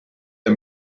der